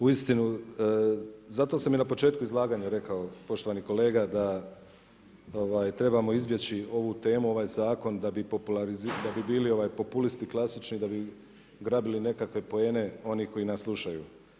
Uistinu zato sam i na početku izlaganja rekao poštovani kolega da trebamo izbjeći ovu temu, ovaj zakon da bi bili populisti klasični, da bi grabili nekakve poene oni koji nas slušaju.